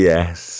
Yes